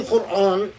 Quran